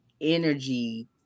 energy